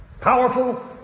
Powerful